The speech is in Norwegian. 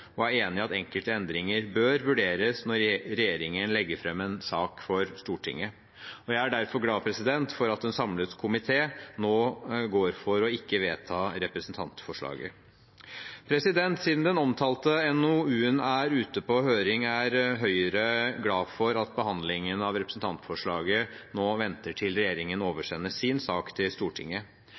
og er enig i at enkelte endringer bør vurderes når regjeringen legger fram en sak for Stortinget. Jeg er derfor glad for at en samlet komité nå går inn for ikke å vedta representantforslaget. Siden den omtalte NOU-en er ute på høring, er Høyre glad for at behandlingen av representantforslaget nå venter til regjeringen oversender sin sak til Stortinget.